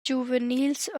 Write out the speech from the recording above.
giuvenils